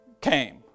came